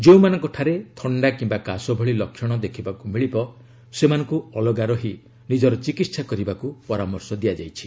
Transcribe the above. ଯେଉଁମାନଙ୍କଠାରେ ଥଶ୍ଡା କିମ୍ବା କାଶ ଭଳି ଲକ୍ଷଣ ଦେଖିବାକୁ ମିଳିବ ସେମାନଙ୍କୁ ଅଲଗା ରହି ନିଜର ଚିକିତ୍ସା କରିବାକୁ ପରାମର୍ଶ ଦିଆଯାଇଛି